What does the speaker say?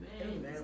Amen